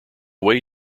way